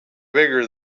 bigger